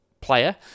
player